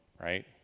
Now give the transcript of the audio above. right